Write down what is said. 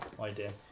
idea